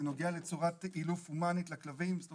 זה נוגע לצורת אילוף הומנית לכלבים,